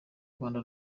rwanda